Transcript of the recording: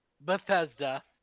Bethesda